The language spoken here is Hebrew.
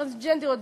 טרנג'נדריות,